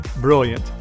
brilliant